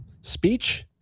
Speech